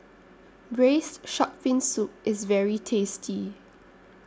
Braised Shark Fin Soup IS very tasty